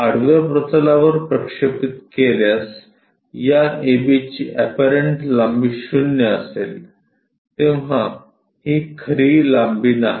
आडव्या प्रतलावर प्रक्षेपित केल्यावर या AB ची एपरंट लांबी 0 असेल तेव्हा ही खरी लांबी नाही